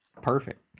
perfect